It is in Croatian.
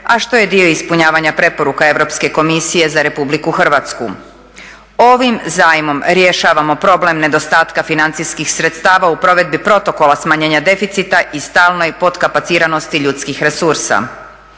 a što je dio ispunjavanja preporuka Europske komisije za RH. Ovim zajmom rješavamo problem nedostatka financijskih sredstava u provedbi protokola smanjenja deficita i stalnoj potkapacitiranosti ljudskih resursa.